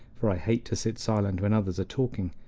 for i hate to sit silent when others are talking.